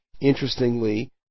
Interestingly